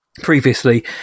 previously